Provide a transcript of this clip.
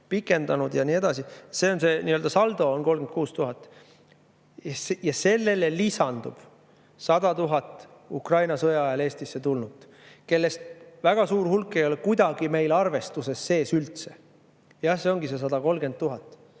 pikendanud ja nii edasi. See saldo on 36 000. Sellele lisandub 100 000 Ukraina sõja ajal Eestisse tulnut, kellest väga suur hulk ei ole kuidagi meil arvestuses sees. Jah, see ongi see 130 000,